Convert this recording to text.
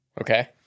Okay